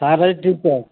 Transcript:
তাড়াতাড়ি টিপটপ